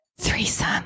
threesome